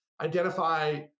identify